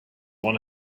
one